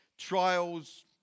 trials